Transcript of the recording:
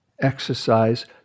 exercise